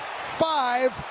Five